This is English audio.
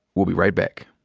we'll be right back.